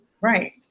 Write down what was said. right